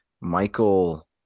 Michael